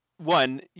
One